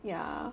yeah